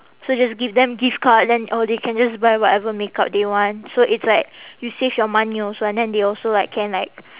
so just give them gift card then oh they can just buy whatever makeup they want so it's like you save your money also and then they also like can like